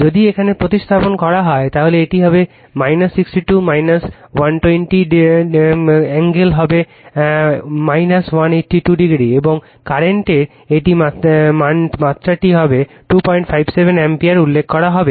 যদি এখানে প্রতিস্থাপন করা হয় তাহলে এটি হবে 62 120 কোণ হবে 182o এবং কারেন্টের এই মাত্রাটি 257 অ্যাম্পিয়ার উল্লেখ করা হবে